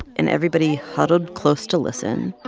and everybody huddled close to listen.